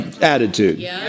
Attitude